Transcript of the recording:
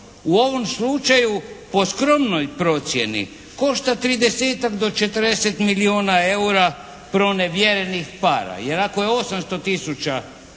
U ovom slučaju po skromnoj procjeni košta 30-tak do 40 milijuna eura pronevjerenih para, jer ako je 800 tisuća